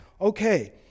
okay